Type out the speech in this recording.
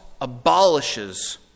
abolishes